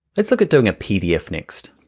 let's look at doing a pdf next,